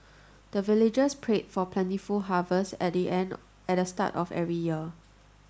the villagers pray for plentiful harvest at the end at the start of every year